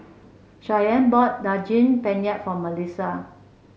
Shyann bought Daging Penyet for Malissa